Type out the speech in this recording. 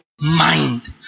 mind